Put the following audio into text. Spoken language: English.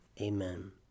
Amen